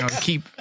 keep